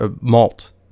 malt